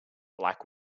like